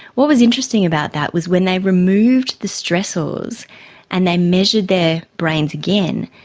what was interesting about that was when they removed the stressors and they measured their brains again,